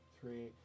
three